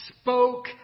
spoke